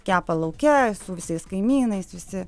kepa lauke su visais kaimynais visi